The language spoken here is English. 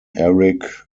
eric